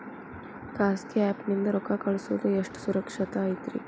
ಖಾಸಗಿ ಆ್ಯಪ್ ನಿಂದ ರೊಕ್ಕ ಕಳ್ಸೋದು ಎಷ್ಟ ಸುರಕ್ಷತಾ ಐತ್ರಿ?